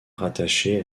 rattachés